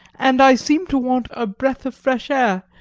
and i seemed to want a breath of fresh air,